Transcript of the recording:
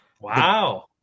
wow